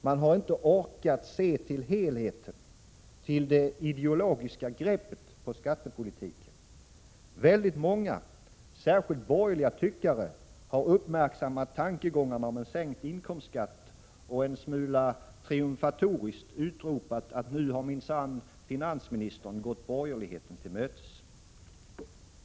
Man har inte orkat se till helheten, till det ideologiska greppet på skattepolitiken. Väldigt många — särskilt borgerliga tyckare — har uppmärksammat tankegångarna om en sänkt inkomstskatt och en smula triumfatoriskt utropat, att nu har minsann finansministern gått borgerligheten till mötes.